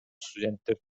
студенттер